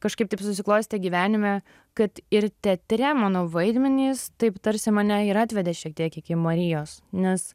kažkaip taip susiklostė gyvenime kad ir teatre mano vaidmenys taip tarsi mane ir atvedė šiek tiek iki marijos nes